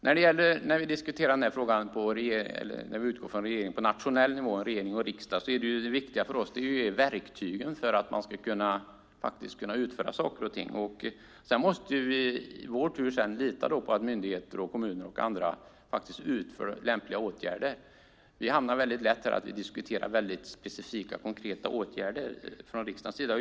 När vi diskuterar denna fråga på nationell nivå och utgår från regering och riksdag är det viktigaste för oss verktygen för att man ska kunna utföra saker och ting. Sedan måste vi i vår tur lita på att myndigheter, kommuner och andra faktiskt vidtar lämpliga åtgärder. Vi hamnar lätt i att vi diskuterar specifika och konkreta åtgärder från riksdagens sida.